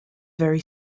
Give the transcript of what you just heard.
very